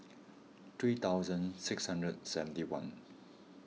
three thousand six hundred and seventy one